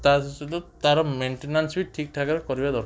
ତାସହିତ ତାର ମେଣ୍ଟେନାସ୍ ବି ଠିକ୍ଠାକ୍ରେ କରିବା ଦରକାର